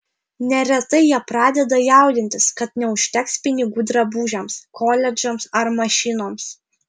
neretai jie pradeda jaudintis kad neužteks pinigų drabužiams koledžams ar mašinoms